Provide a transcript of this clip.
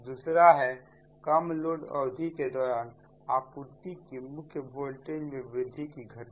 दूसरा है कम लोड अवधि के दौरान आपूर्ति की मुख्य वोल्टेज में वृद्धि की घटना